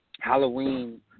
Halloween